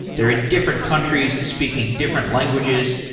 they're in different countries speaking different languages.